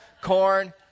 corn